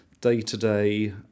day-to-day